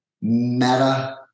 meta